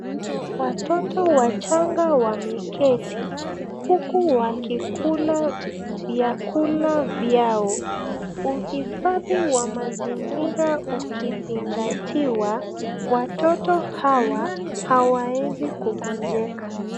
Watoto wachanga wameketi huku wakikula vyakula vyao. Uhifadi wa mazingira ukizingatiwa, watoto hawa hawaezi kungonjeka.